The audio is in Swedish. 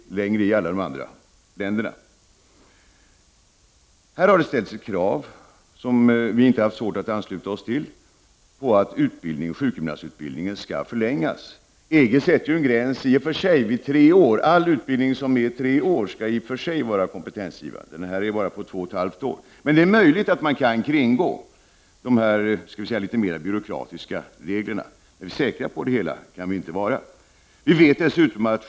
Här har ställts ett krav, som vi inte har haft svårt att ansluta oss till, på att sjukgymnastutbildningen skall förlängas. EG sätter en gräns vid tre år, all utbildning som är tre år skall vara kompetensgivande. Den svenska utbildningen är bara två och ett halvt år. Det är möjligt att de här litet mer byråkratiska reglerna kan kringgås, men säkert är det inte.